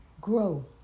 grow